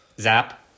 zap